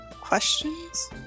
questions